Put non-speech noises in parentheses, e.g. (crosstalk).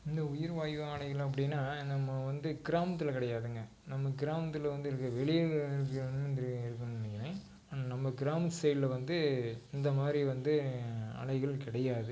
இந்த உயிர் வாயு ஆலைகள் அப்படின்னா நம்ம வந்து கிராமத்தில் கிடையாதுங்க நம்ம கிராமத்தில் வந்து இருக்காது வெளியே (unintelligible) இருக்குதுன்னு நெனைக்கிறேன் ஆனால் நம்ம கிராமத்து சைடில் வந்து இந்த மாதிரி வந்து ஆலைகள் கிடையாது